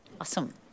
Awesome